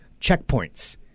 checkpoints